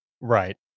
Right